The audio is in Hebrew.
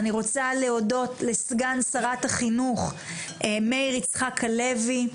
אני רוצה להודות לסגן שרת החינוך מאיר יצחק הלוי,